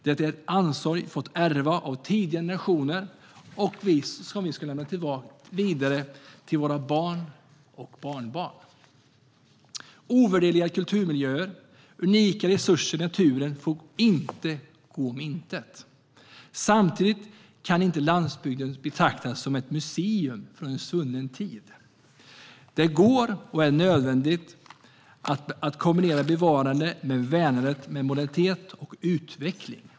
Det är ett ansvar vi har fått ärva av tidigare generationer och som vi ska lämna vidare till våra barn och barnbarn. Ovärderliga kulturmiljöer och unika resurser i naturen får inte gå om intet. Samtidigt kan inte landsbygden betraktas som ett museum från en svunnen tid. Det går och är nödvändigt att kombinera bevarande och värnande med modernitet och utveckling.